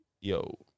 yo